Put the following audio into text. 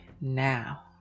now